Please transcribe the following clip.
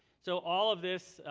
so, all of this,